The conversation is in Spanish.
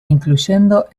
incluyendo